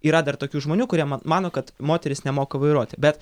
yra dar tokių žmonių kurie man mano kad moterys nemoka vairuoti bet